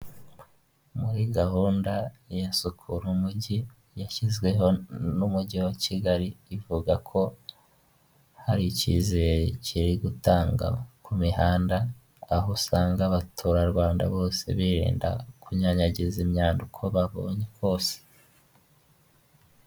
Muri gahunda ya sukura umujyi yashyizweho n'umujyi wa Kigali, ivuga ko hari icyizere kiri gutanga ku mihanda, aho usanga abaturarwanda bose birinda kunyanyagiza imyanda uko babonye kose.